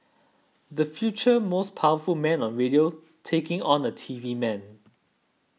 the future most powerful man on radio taking on a T V man